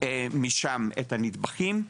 משם את הנדבכים.